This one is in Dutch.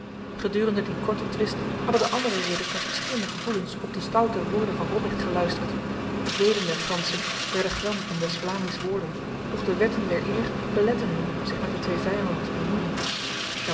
gedurende die korte twist hadden de andere ridders met verschillende gevoelens op de stoute woorden van robrecht geluisterd velen der fransen werden gram om des vlamings woorden doch de wetten der eer beletten hun zich met de twee vijanden te bemoeien